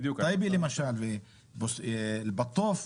טייבה למשל ואל בטוף,